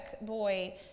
boy